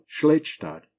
Schlechtstadt